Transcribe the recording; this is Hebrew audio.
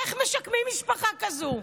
איך משקמים משפחה כזו?